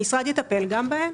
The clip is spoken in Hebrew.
המשרד יטפל גם בהן.